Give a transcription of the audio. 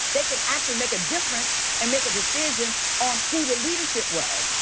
they could actually make a difference and make a decision on who the leadership was,